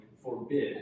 forbid